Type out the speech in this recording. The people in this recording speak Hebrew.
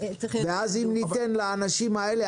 ואם ניתן לאנשים האלה,